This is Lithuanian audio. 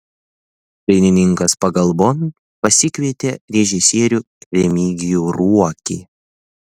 dainininkas pagalbon pasikvietė režisierių remigijų ruokį